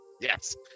Yes